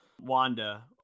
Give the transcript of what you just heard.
Wanda